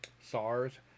SARS